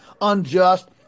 unjust